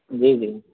جی جی